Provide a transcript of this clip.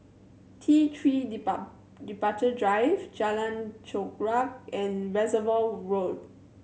T Three Departure Drive Jalan Chorak and Reservoir Road